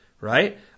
right